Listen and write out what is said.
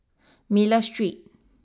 Miller Street